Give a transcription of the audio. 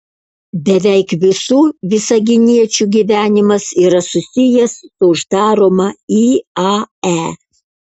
beveik visų visaginiečių gyvenimas yra susijęs su uždaroma iae